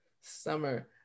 summer